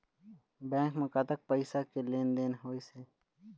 Bank म कतक पैसा के लेन देन होइस हे?